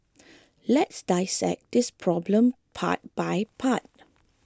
let's dissect this problem part by part